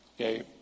okay